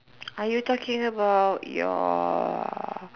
are you talking about your